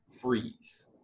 freeze